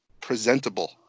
presentable